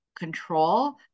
control